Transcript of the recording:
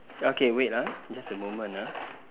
okay wait ah just a moment ah